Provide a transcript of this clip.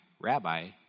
rabbi